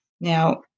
Now